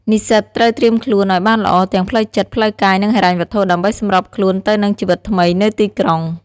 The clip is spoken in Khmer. និស្សិតត្រូវត្រៀមខ្លួនឲ្យបានល្អទាំងផ្លូវចិត្ត ផ្លូវកាយ និងហិរញ្ញវត្ថុ ដើម្បីសម្របខ្លួនទៅនឹងជីវិតថ្មីនៅទីក្រុង។